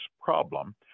problem